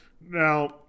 Now